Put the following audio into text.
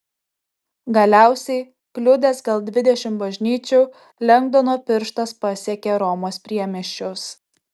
galiausiai kliudęs gal dvidešimt bažnyčių lengdono pirštas pasiekė romos priemiesčius